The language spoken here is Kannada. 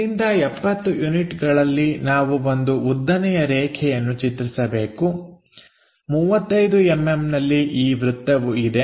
ಇಲ್ಲಿಂದ 70 ಯೂನಿಟ್ಗಳಲ್ಲಿ ನಾವು ಒಂದು ಉದ್ದನೆಯ ರೇಖೆಯನ್ನು ಚಿತ್ರಿಸಬೇಕು 35mmನಲ್ಲಿ ಈ ವೃತ್ತವು ಇದೆ